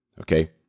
Okay